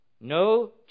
no